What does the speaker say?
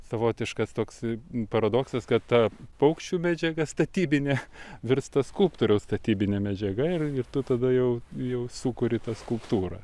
savotiškas toksai paradoksas kad ta paukščių medžiaga statybinė virsta skulptoriaus statybine medžiaga ir ir tu tada jau jau sukuri tą skulptūrą